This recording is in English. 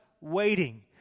waiting